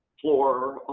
floor.